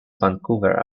vancouver